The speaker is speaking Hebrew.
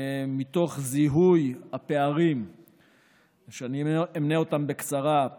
מתוך זיהוי הפערים שאני אמנה אותם בקצרה: